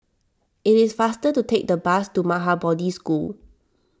it is faster to take the bus to Maha Bodhi School